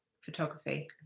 photography